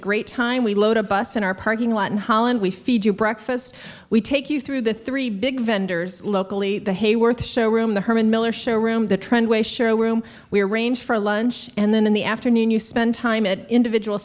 great time we load a bus in our parking lot in holland we feed you breakfast we take you through the three big vendors locally the hayworth show room the herman miller show room the trend way show room we arrange for lunch and then in the afternoon you spend time at individual